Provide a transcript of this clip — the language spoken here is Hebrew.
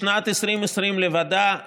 חבר הכנסת כסיף, בבקשה.